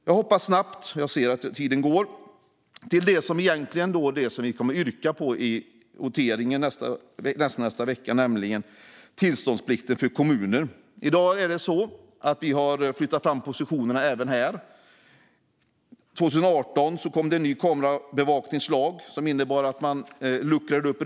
Jag hoppar vidare till det som vi kommer att yrka bifall till vid voteringen i nästnästa vecka, nämligen tillståndsplikten för kommuner. I dag har vi flyttat fram positionerna även där. År 2018 kom det en ny kamerabevakningslag, som innebar att regelverket luckrades upp.